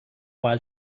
while